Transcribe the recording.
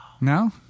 No